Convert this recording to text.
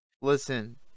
Listen